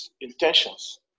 intentions